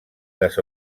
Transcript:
les